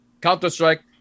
Counter-Strike